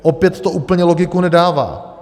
Opět to úplně logiku nedává.